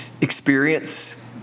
experience